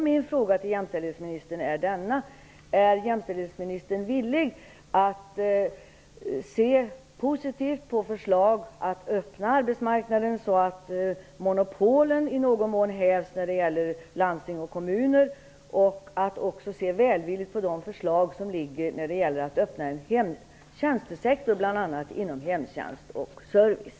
Min fråga till jämställdhetsministern blir: Är jämställdhetsministern villig att se positivt på förslag att öppna arbetsmarknaden så att monopolen i någon mån hävs när det gäller landsting och kommuner och också se välvilligt på de förslag som finns när det gäller att öppna en tjänstesektor bl.a. inom hemtjänst och service?